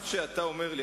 מה שאתה אומר לי,